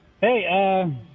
Hey